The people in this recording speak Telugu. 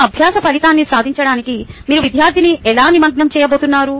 ఆ అభ్యాస ఫలితాన్ని సాధించడానికి మీరు విద్యార్థిని ఎలా నిమగ్నం చేయబోతున్నారు